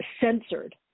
censored